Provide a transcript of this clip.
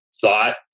thought